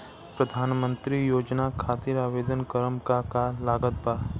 प्रधानमंत्री योजना खातिर आवेदन करम का का लागत बा?